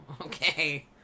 Okay